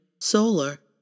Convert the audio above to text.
solar